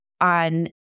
on